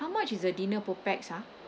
how much is the dinner per pax ah